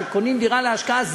שקונים דירה להשקעה,